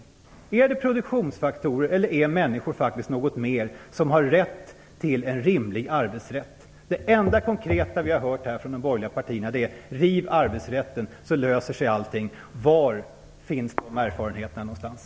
Är de produktionsfaktorer, eller är människor faktiskt något mer, någon som har rätt till en rimlig arbetsrätt? Det enda konkreta vi har hört från de borgerliga partierna är "Riv arbetsrätten, så löser sig allting!". Var finns de erfarenheterna någonstans?